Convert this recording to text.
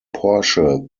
porsche